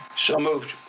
so moved.